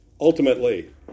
Ultimately